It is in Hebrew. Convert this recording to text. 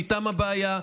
שאיתם הבעיה,